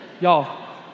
y'all